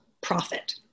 profit